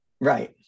right